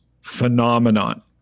phenomenon